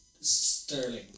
Sterling